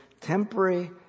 temporary